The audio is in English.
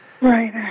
Right